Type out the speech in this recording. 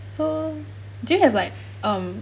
so do you have like um